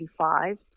1985